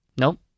Nope